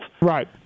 Right